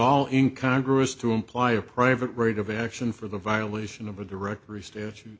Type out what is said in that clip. all in congress to imply a private rate of action for the violation of a directory st